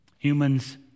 Humans